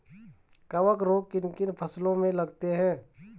कवक रोग किन किन फसलों में लगते हैं?